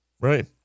Right